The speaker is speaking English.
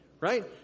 Right